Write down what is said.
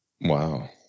Wow